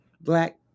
Black